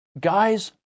Guys